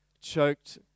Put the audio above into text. choked